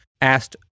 asked